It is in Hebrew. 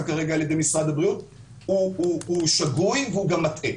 כרגע על ידי משרד הבריאות הוא שגוי והוא גם מטעה.